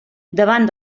davant